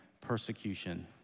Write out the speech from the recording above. persecution